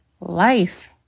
life